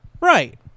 Right